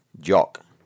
Jock